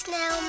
now